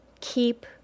keep